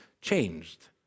changed